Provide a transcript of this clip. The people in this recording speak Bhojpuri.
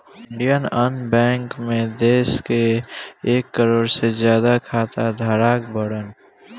इण्डिअन बैंक मे देश के एक करोड़ से ज्यादा खाता धारक बाड़न